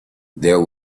there